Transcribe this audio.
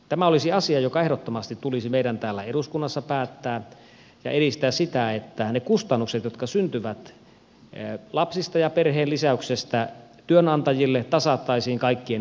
tämä olisi asia joka ehdottomasti tulisi meidän täällä eduskunnassa päättää ja edistää sitä että ne kustannukset jotka syntyvät lapsista ja perheenlisäyksestä työnantajille tasattaisiin kaikkien työnantajien kesken